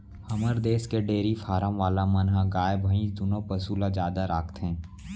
हमर देस के डेरी फारम वाला मन ह गाय भईंस दुनों पसु ल जादा राखथें